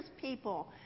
people